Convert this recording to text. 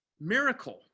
miracle